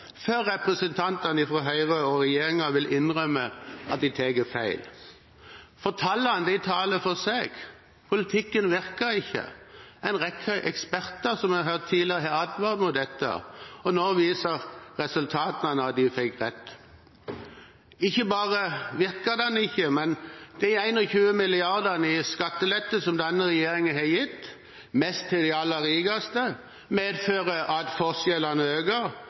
før representantene fra Høyre og regjeringen vil innrømme at de tar feil? Tallene taler for seg. Politikken virker ikke. En rekke eksperter har – som vi har hørt tidligere her – advart mot dette, og nå viser resultatene at de fikk rett. Ikke bare virker den ikke, men de 21 mrd. kr i skattelette som denne regjeringen har gitt, mest til de aller rikeste, medfører at forskjellene øker,